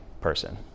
person